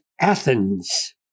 Athens